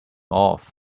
off